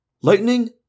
Lightning